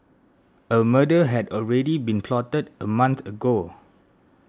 a murder had already been plotted a month ago